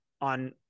on